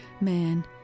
man